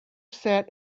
sat